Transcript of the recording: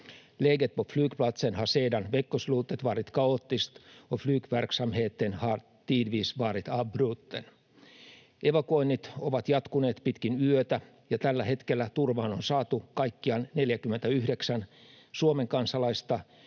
Läget på flygplatsen har sedan veckoslutet varit kaotiskt, och flygverksamheten har tidvis varit avbruten. Evakuoinnit ovat jatkuneet pitkin yötä, ja tällä hetkellä turvaan on saatu kaikkiaan 49 Suomen kansalaista,